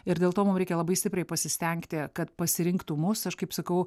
ir dėl to mum reikia labai stipriai pasistengti kad pasirinktų mus aš kaip sakau